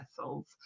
vessels